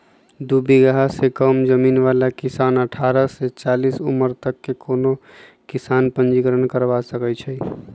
दू बिगहा से कम जमीन बला किसान अठारह से चालीस उमर तक के कोनो किसान पंजीकरण करबा सकै छइ